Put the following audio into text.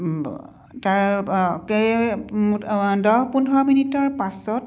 তাৰ কে দহ পোন্ধৰ মিনিটৰ পাছত